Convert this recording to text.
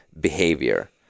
behavior